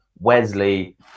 Wesley